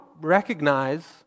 recognize